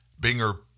Binger